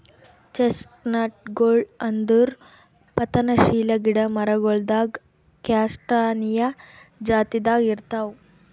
ಚೆಸ್ಟ್ನಟ್ಗೊಳ್ ಅಂದುರ್ ಪತನಶೀಲ ಗಿಡ ಮರಗೊಳ್ದಾಗ್ ಕ್ಯಾಸ್ಟಾನಿಯಾ ಜಾತಿದಾಗ್ ಇರ್ತಾವ್